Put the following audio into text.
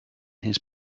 his